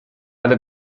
alle